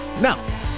Now